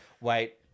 Wait